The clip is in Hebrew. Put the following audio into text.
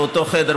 באותו חדר,